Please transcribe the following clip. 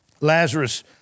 Lazarus